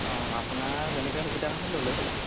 অ আপোনাৰ যেনেকৈ সুবিধা হয় ল'লে হ'ল আৰু